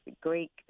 Greek